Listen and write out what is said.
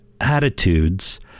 attitudes